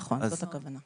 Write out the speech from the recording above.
נכון, זאת הכוונה.